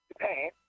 Japan